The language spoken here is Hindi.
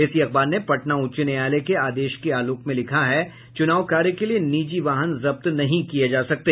इसी अखबार ने पटना उच्च न्यायालय के आदेश के आलोक में लिखा है चूनाव कार्य के लिए निजी वाहन जब्त नहीं किये जा सकते